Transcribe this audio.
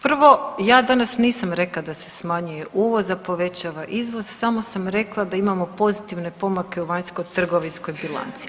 Prvo, ja danas nisam rekla da se smanjuje uvoz, a povećava izvoz samo sam rekla da imamo pozitivne pomake u vanjskotrgovinskoj bilanci.